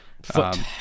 foot